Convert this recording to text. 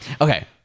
okay